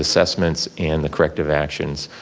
assessments and the corrective actions.